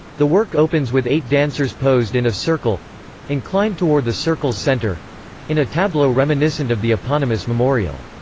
the work opens with eight dancers posed in a circle inclined toward the circle's centre in a tableau reminiscent of the eponymous memorial.